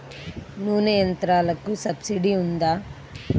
నూనె యంత్రాలకు సబ్సిడీ ఉందా?